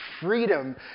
freedom